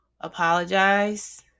apologize